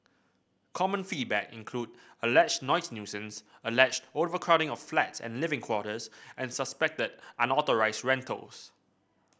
common feedback included alleged noise nuisance alleged overcrowding of flats and living quarters and suspected unauthorised rentals